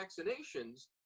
vaccinations